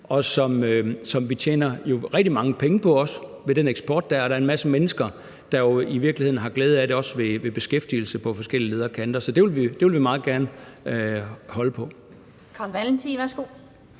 jo også tjener rigtig mange penge på via den eksport, der er. Og der er en masse mennesker, der jo i virkeligheden også har glæde af det ved beskæftigelse på forskellige leder og kanter. Det vil vi meget gerne holde på.